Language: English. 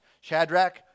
Shadrach